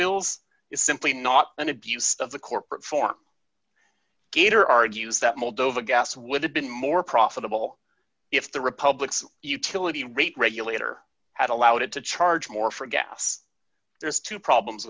bills is simply not an abuse of the corporate form gater argues that moldova gas would have been more profitable if the republic's utility rate regulator had allowed it to charge more for gas there's two problems